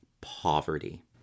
poverty